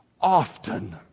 often